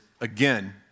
again